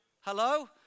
Hello